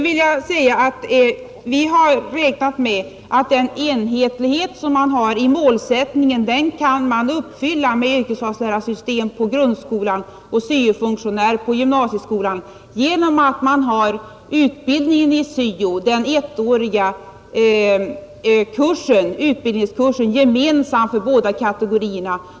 Vi har räknat med att den enhetlighet som man har i målsättningen kan åstadkommas med yrkesvalslärare i grundskolan och syo-funktionär i gymnasieskolan genom att ha den ettåriga utbildningskursen i syo gemensam för båda kategorierna.